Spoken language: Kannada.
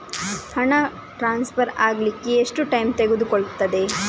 ಹಣ ಟ್ರಾನ್ಸ್ಫರ್ ಅಗ್ಲಿಕ್ಕೆ ಎಷ್ಟು ಟೈಮ್ ತೆಗೆದುಕೊಳ್ಳುತ್ತದೆ?